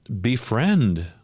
befriend